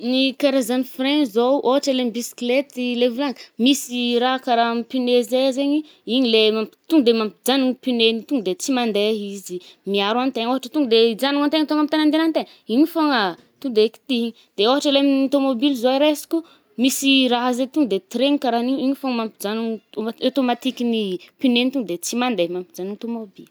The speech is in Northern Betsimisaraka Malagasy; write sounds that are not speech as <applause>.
Ny karazany frein zaoo, ôhatra le amy bicyclette le volagny, misy i raha karaha amy pneu zay zaigny, igny le mampi-to de mampijanogna pine igny. To de tsy mande izy. Miaro an-tegna, ôhatra to de ijanogna antegna tônga amy tagny andihagnan-tegna, igny fôgna ah <noise> to de kitihy. De ôhatra le amin’ny tômôbily zoe resiko misy raha zay to de tirer-gny karahan’i, igny fô mampijanogna au- <hesitation> automatique ny pîne igny tonga de tsy mande mampijanogny tômôbily.